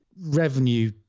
revenue